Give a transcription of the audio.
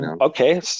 Okay